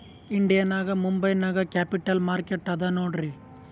India ನಾಗ್ ಮುಂಬೈ ನಾಗ್ capital market ಅದಾ ನೋಡ್ರಿ